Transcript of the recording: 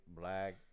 black